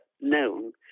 known